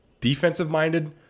defensive-minded